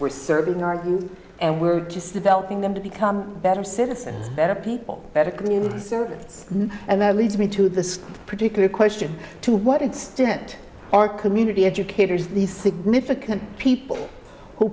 we're serving our youth and we're just developing them to become better citizens better people better community servants and that leads me to this particular question to what extent are community educators the significant people who